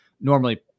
normally